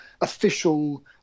official